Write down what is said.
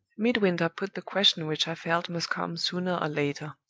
midwinter put the question which i felt must come sooner or later.